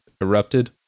erupted